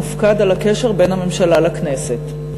מופקד על הקשר בין הממשלה לכנסת,